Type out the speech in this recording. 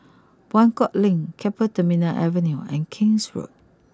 Buangkok Link Keppel Terminal Avenue and King's Road